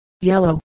yellow